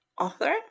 author